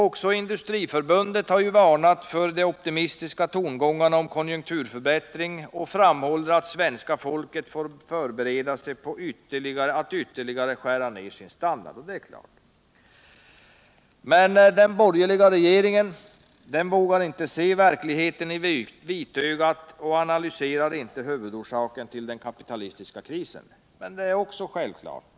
Också Industriförbundet har varnat för de optimistiska tongångarna om konjunkturförbättring och framhållit, att svenska folket får bereda sig på att ytterligare skära ner sin standard. Ja, det är klart. Men den borgerliga regeringen vågar inte se verkligheten i vitögat och analyserar inte huvudorsaken till den kapitalistiska krisen. Det är också självklart.